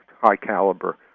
high-caliber